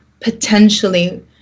potentially